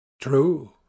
True